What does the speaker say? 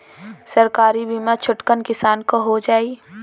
सरकारी बीमा छोटकन किसान क हो जाई?